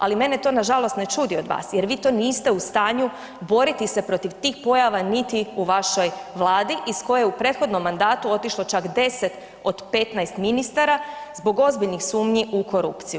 Ali mene to nažalost ne čudi od vas jer vi to niste u stanju boriti se protiv tih pojava niti u vašoj vladi iz koje je u prethodnom mandatu otišlo čak 10 od 15 ministara zbog ozbiljnih sumnji u korupciju.